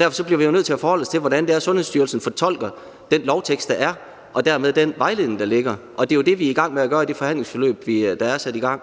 derfor bliver vi jo nødt til at forholde os til, hvordan det er, Sundhedsstyrelsen fortolker den lovtekst, der er, og dermed den vejledning, der ligger. Og det er jo det, vi er i gang med at gøre i det forhandlingsforløb, der er sat i gang.